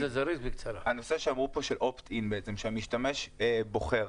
הנושא שאמרו פה של opt in, שהמשתמש בוחר.